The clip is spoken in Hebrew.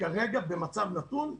במצב נתון,